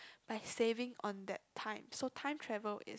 like saving on that time so time travel is